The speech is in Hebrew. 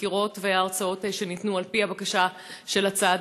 הסקירות וההרצאות שניתנו על-פי הבקשה של הצד